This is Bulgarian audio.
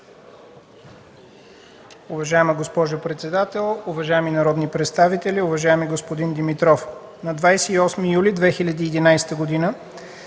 Уважаема госпожо председател, уважаеми народни представители! Уважаеми господин Димитров, първо, едно